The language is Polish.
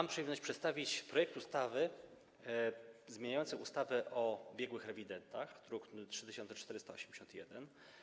Mam przyjemność przedstawić projekt ustawy zmieniającej ustawę o biegłych rewidentach, druk nr 3481.